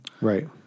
Right